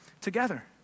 together